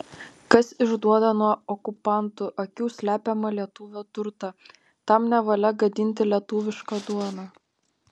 kas išduoda nuo okupantų akių slepiamą lietuvio turtą tam nevalia gadinti lietuvišką duoną